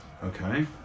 okay